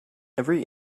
every